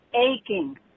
aching